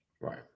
right